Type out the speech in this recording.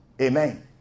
Amen